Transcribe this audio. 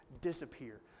disappear